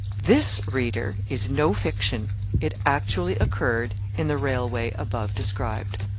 this, reader, is no fiction it actually occurred in the railway above described.